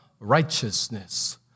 righteousness